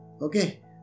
Okay